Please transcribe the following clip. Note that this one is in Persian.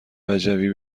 وجبی